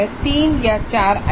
तीन या चार आइटम